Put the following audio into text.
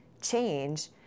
change